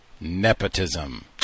nepotism